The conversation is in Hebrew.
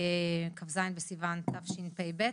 כ"ז בסיוון התשפ"ב.